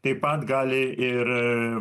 taip pat gali ir